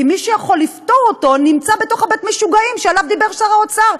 כי מי שיכול לפתור אותו נמצא בתוך בית-המשוגעים שעליו דיבר שר האוצר,